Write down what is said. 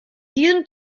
diesem